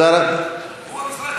אבל הוא המשרד.